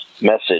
message